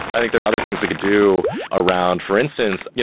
i think there are other things we could do around for instance, yeah